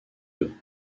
eux